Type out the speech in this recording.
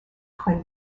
twin